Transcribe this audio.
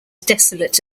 desolate